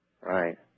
Right